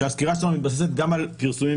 שהסקירה שלנו מתבססת גם על פרסומים